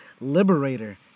liberator